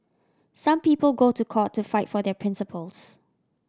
some people go to court to fight for their principles